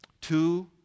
two